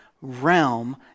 realm